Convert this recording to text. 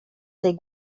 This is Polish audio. tej